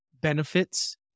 benefits